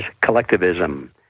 collectivism